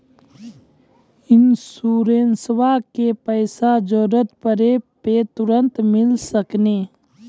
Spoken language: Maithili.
इंश्योरेंसबा के पैसा जरूरत पड़े पे तुरंत मिल सकनी?